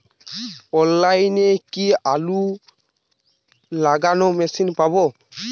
অনলাইনে কি আলু লাগানো মেশিন পাব?